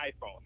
iPhone